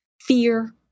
fear